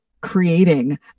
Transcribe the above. creating